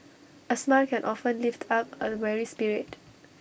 A smile can often lift up A weary spirit